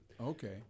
Okay